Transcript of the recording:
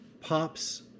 pop's